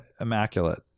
immaculate